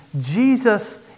Jesus